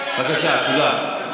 בבקשה, תודה.